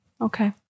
Okay